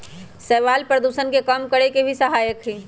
शैवाल प्रदूषण के कम करे में भी सहायक हई